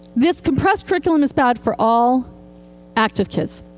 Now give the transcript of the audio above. this compressed curriculum is bad for all active kids.